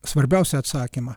svarbiausią atsakymą